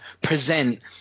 present